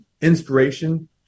inspiration